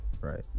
Right